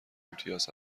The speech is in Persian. امتیاز